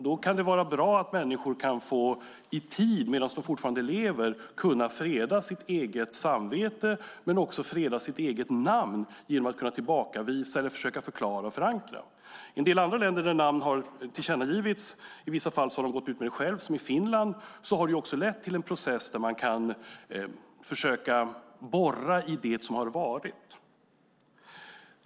Då kan det vara bra att människor i tid, medan de fortfarande lever, kan freda sitt eget samvete och sitt eget namn genom att kunna tillbakavisa, förklara och förankra. I en del andra länder där namn har tillkännagivits - i vissa fall har man gått ut med namnen själva, till exempel Finland - har det lett till en process som har gjort det möjligt att försöka borra i det som har varit.